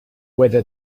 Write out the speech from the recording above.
whether